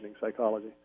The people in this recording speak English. Psychology